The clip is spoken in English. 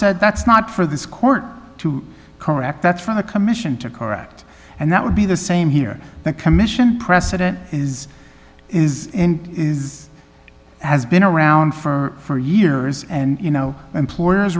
said that's not for this court to correct that for the commission to correct and that would be the same here the commission precedent is is and is has been around for years and you know employers